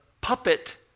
puppet